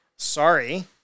Sorry